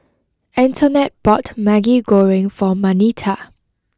Antonette bought Maggi Goreng for Marnita